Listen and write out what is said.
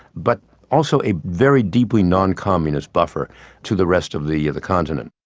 but also a very deeply non-communist buffer to the rest of the the continent.